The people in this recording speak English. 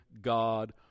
God